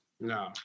No